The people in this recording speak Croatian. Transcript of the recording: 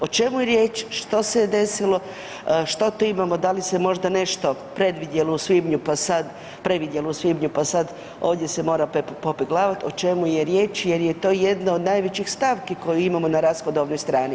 O čemu je riječ, što se je desilo, što to imamo, da li se možda nešto predvidjelo u svibnju pa sad, previdjelo u svibnju pa sad ovdje se mora popeglavat, o čemu je riječ jer je to jedna od najvećih stavki koje imamo na rashodovnoj strani.